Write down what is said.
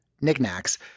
knickknacks